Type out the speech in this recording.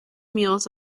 mules